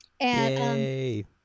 Yay